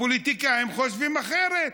הפוליטיקאים חושבים אחרת.